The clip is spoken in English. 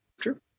True